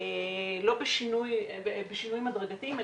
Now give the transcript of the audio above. לא בשינויים הדרגתיים.